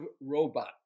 robot